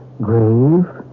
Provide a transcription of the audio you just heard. grave